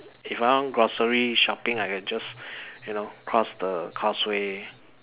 if I want grocery shopping I can just you know cross the causeway